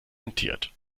rentiert